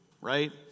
right